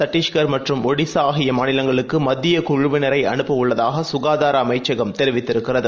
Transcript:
சட்டீஸ்கர்மற்றும்ஒடிசாஆகியமாநிலங்களுக்குமத்தியக்குழுவினரைஅனு ப்பஉள்ளதாகசுகாதாரஅமைச்சகம்தெரிவித்திருக்கிறது